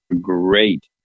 great